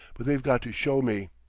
but they've got to show me,